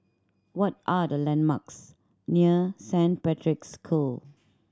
what are the landmarks near Saint Patrick's School